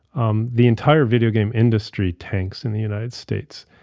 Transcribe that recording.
um, the entire video game industry tanks in the united states.